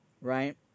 right